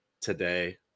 today